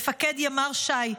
מפקד ימ"ר ש"י,